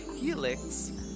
helix